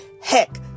Heck